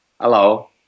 Hello